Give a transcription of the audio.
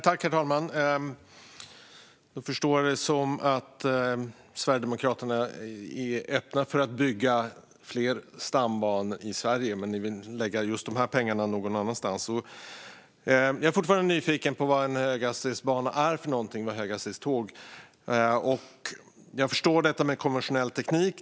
Herr talman! Då förstår jag det som att Sverigedemokraterna är öppna för att bygga fler stambanor i Sverige men vill lägga just dessa pengar någon annanstans. Jag är fortfarande nyfiken på vad höghastighetsbanor och höghastighetståg är. Jag förstår detta med konventionell teknik.